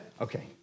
Okay